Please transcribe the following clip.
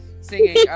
singing